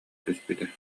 түспүтэ